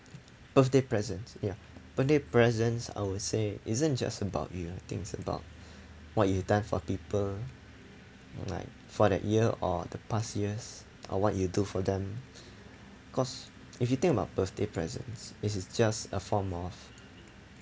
birthday presents ya birthday presents I would say isn't just about you I think is about what you've done for people like for that year or the past years or what you do for them because if you think about birthday presents this is just a form of